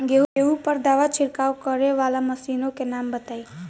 गेहूँ पर दवा छिड़काव करेवाला मशीनों के नाम बताई?